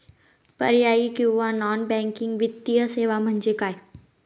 पर्यायी किंवा non banking वित्तीय सेवा म्हणजे काय?